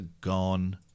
gone